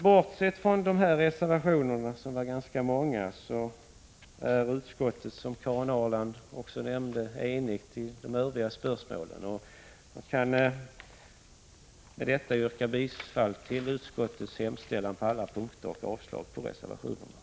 Bortsett från dessa ganska många reservationer är utskottet, som också Karin Ahrland nämnde, enigt i de övriga spörsmålen. Med detta yrkar jag bifall till utskottets hemställan på samtliga punkter och avslag på reservationerna.